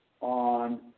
on